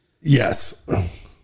Yes